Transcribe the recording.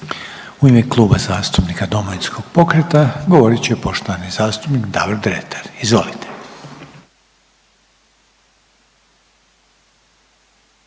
U ime Kluba zastupnika FOKUS-a i Reformista govorit će poštovani zastupnik Damir Bajs. Izvolite.